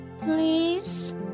please